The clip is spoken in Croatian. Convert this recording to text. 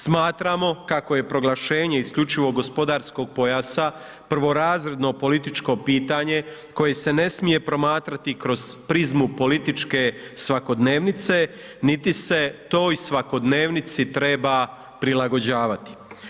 Smatramo kako je proglašenje isključivog gospodarskog pojasa prvorazredno političko pitanje koje se ne smije promatrati kroz prizmu političke svakodnevnice, niti se toj svakodnevnici treba prilagođavati.